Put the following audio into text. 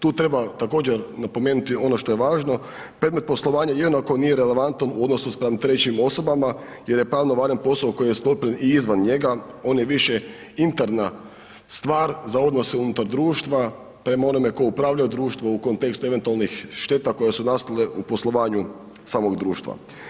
Tu treba također napomenuti ono što je važno, predmet poslovanja jednako nije relevantan u odnosi spram trećim osobama jer je pravno valjan poso koji je sklopljen i izvan njega, on je više interna stvar za odnose unutar društva, prema onome tko upravlja u društvu u kontekstu eventualnih šteta koje su nastale u poslovanju samog društva.